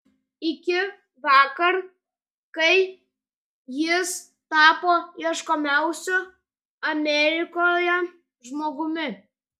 iki vakar kai jis tapo ieškomiausiu amerikoje žmogumi